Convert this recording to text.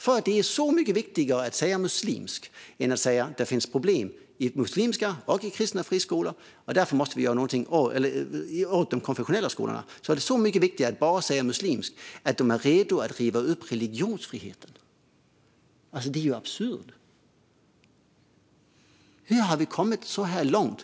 Det är så mycket viktigare att säga "muslimsk" än att säga att det finns problem i både muslimska och kristna friskolor och att vi därför måste göra någonting åt de konfessionella skolorna. Det är så mycket viktigare att bara säga "muslimsk" att Sverigedemokraterna är redo att riva upp religionsfriheten. Det är ju absurt. Hur har vi kommit så här långt?